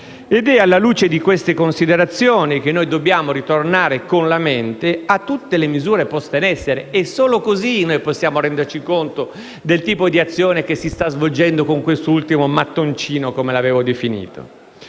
È alla luce di simili considerazioni che dobbiamo tornare con la mente a tutte le misure poste in essere, perché solo così possiamo renderci conto del tipo di azione che si sta svolgendo con quest'ultimo mattone (come l'avevo definito